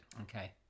Okay